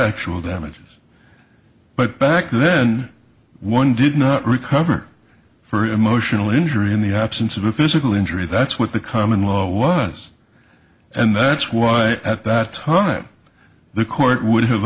actual damages but back then one did not recover for emotional injury in the absence of a physical injury that's what the common law was and that's why at that time the court would